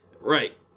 Right